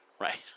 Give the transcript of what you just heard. Right